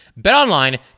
BetOnline